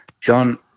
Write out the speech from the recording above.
John